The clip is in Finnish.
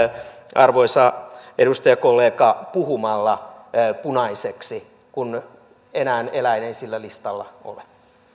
arvoisa edustajakollega puhumalla punaiseksi kun enää eläin ei sillä listalla ole